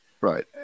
Right